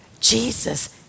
Jesus